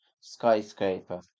skyscraper